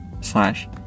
slash